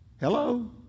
Hello